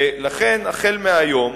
לכן, מהיום